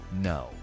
No